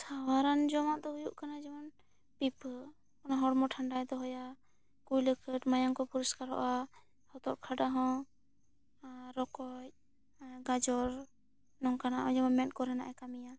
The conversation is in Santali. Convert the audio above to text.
ᱥᱟᱶᱟᱨᱚᱱ ᱡᱚᱢᱟᱜ ᱫᱚ ᱦᱩᱭᱩᱜ ᱠᱟᱱᱟ ᱡᱮᱢᱚᱱ ᱯᱤᱯᱟᱹ ᱚᱱᱟ ᱦᱚᱲᱢᱚ ᱴᱷᱟᱱᱰᱟᱭ ᱫᱚᱦᱚᱭᱟ ᱠᱩᱭᱞᱟ ᱠᱟ ᱴ ᱢᱟᱭᱟᱝ ᱠᱚ ᱯᱚᱨᱤᱥᱠᱟᱨᱚᱜᱼᱟ ᱦᱚᱛᱚᱫ ᱠᱷᱟᱰᱟ ᱦᱚᱸ ᱟᱨ ᱨᱚᱠᱚᱡ ᱜᱟᱡᱚᱨ ᱱᱚᱝᱠᱟᱱ ᱦᱚᱸ ᱡᱮᱢᱚᱱ ᱢᱮᱫ ᱠᱚᱨᱮᱱᱟᱜ ᱮ ᱠᱟ ᱢᱤᱭᱟ ᱱᱚᱣᱟ ᱠᱚ